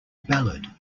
ballad